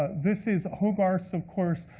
ah this is hogarth's, of course,